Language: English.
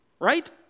right